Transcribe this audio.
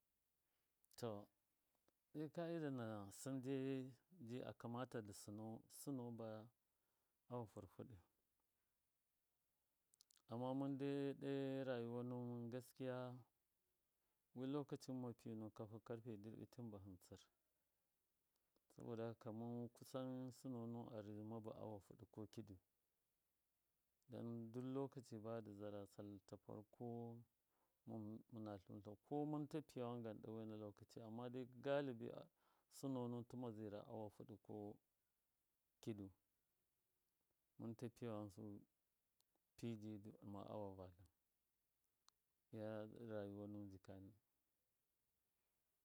To ɗoka ida na sɨno dai ji akamata dɨ sɨna ba awa fɨrfɨɗi amma mɨn dai ɗo rayuwa nuwɨn gaskiya wi lokaci mɨmma piyunu kafa karfe dirɓitim bahɨn tsɨr saboda haka mɨn kusan sɨno nuwɨn azirɨma ba awa fɨɗɨ ko kidu don du lokaci ba dɨ zara sal ta farko mɨn, mɨna tluwɨntlau ko mɨnta piyawan gan ɗo waina lokaci amma dai galibi sɨno, nuwɨn tɨma zira awa fɨɗɨ ko kidu mɨnta piyawansu pi ji dɨ ɗɨma awa vatlɨ iya rayuwa nuwɨn jikani.